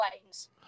planes